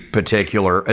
particular